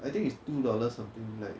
I think it's two dollars something like